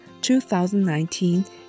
2019